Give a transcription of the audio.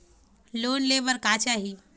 Loan ले बार का चाही?